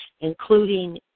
including